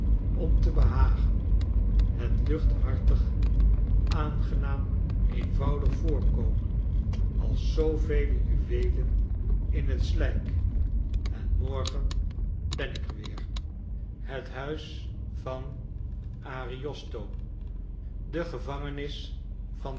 om te behagen het luchthartig aangenaam eenvoudig voorkomen als zoovele juweelen in het slijk en morgen ben ik er weer pickkns schetsen uit amerika en tafereelen uit italie taeeeeelen uit italie het huis van ariosto de gevangenis van